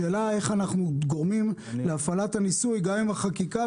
השאלה איך אנחנו גורמים להפעלת הניסוי גם אם החקיקה תיעצר.